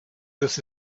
this